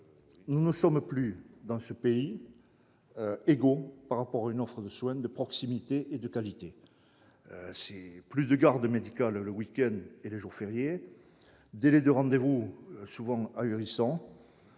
Nous ne sommes plus, dans ce pays, égaux par rapport à une offre de soins de proximité et de qualité. Il n'y a plus de gardes médicales le week-end et les jours fériés, les délais de rendez-vous sont souvent ahurissants.